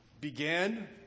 began